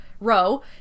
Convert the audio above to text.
row